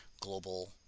global